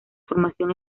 formación